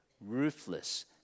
ruthless